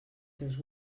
seus